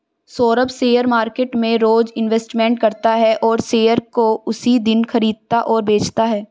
Saurabh share market में रोज investment करता है और शेयर को उसी दिन खरीदता और बेचता है